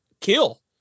kill